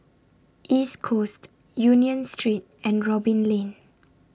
East Coast Union Street and Robin Lane